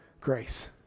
grace